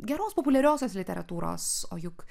geros populiariosios literatūros o juk